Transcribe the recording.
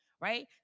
right